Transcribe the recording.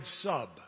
sub